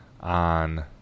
on